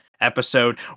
episode